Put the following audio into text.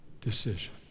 decision